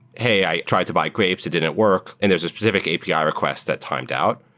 hey, i try to buy grapes. it didn't work, and there's a specific api ah requests that timed out.